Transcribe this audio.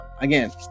again